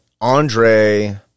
Andre